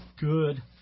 good